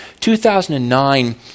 2009